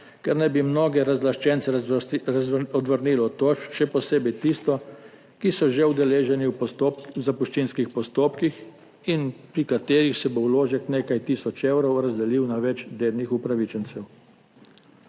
kar naj bi mnoge razlaščence odvrnilo od tožb, še posebej tiste, ki so že udeleženi v zapuščinskih postopkih in pri katerih se bo vložek nekaj tisoč evrov razdelil na več dednih upravičencev.